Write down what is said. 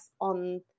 on